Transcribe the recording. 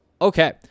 Okay